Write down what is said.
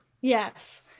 Yes